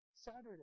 Saturday